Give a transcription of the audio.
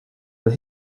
but